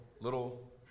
little